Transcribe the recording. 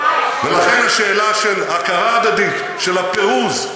לכן, השאלה של הכרה הדדית, של הפירוז,